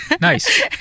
Nice